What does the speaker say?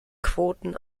quoten